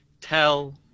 tell